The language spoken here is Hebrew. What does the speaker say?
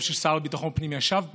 טוב שהשר לביטחון פנים ישב פה,